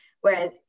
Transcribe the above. whereas